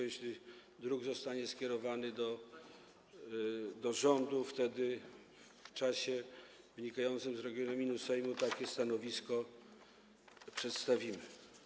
Jeśli druk zostanie skierowany do rządu, wtedy w czasie wynikającym z regulaminu Sejmu takie stanowisko przedstawimy.